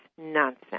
nonsense